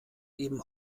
eben